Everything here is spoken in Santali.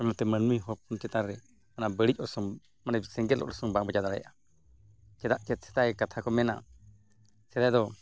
ᱚᱱᱟᱛᱮ ᱢᱟᱹᱱᱢᱤ ᱦᱚᱯᱚᱱ ᱪᱮᱛᱟᱱ ᱨᱮ ᱚᱱᱟ ᱵᱟᱹᱲᱤᱡ ᱚᱨᱥᱚᱝ ᱢᱟᱱᱮ ᱥᱮᱸᱜᱮᱞ ᱚᱨᱥᱚᱝ ᱵᱟᱝ ᱵᱟᱡᱟᱣ ᱫᱟᱲᱮᱭᱟᱜᱼᱟ ᱪᱮᱫᱟᱜ ᱥᱮ ᱥᱮᱫᱟᱭ ᱠᱟᱛᱷᱟ ᱠᱚ ᱢᱮᱱᱟ ᱥᱮᱫᱟᱭ ᱫᱚ